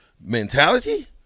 Mentality